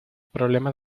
problema